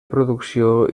producció